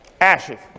ashes